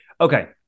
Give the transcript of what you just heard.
Okay